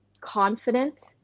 confident